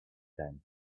tank